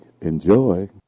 enjoy